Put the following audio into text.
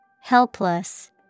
Helpless